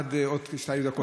עד עוד כשתי דקות.